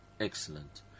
excellent